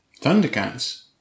Thundercats